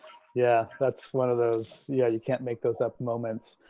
yeah, that's one of those. yeah, you can't make those up moments.